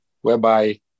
whereby